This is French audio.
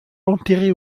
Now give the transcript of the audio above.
enterrée